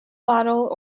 bottle